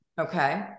Okay